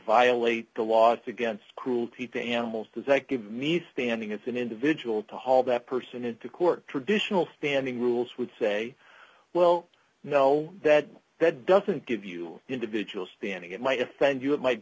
violate the laws against cruelty to animals does that give need standing it's an individual to haul that person into court traditional standing rules would say well you know that that doesn't give you individual standing it might offend you it might